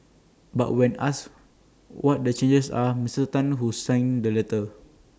but when asked what the changes are Mr Tan who signed the letter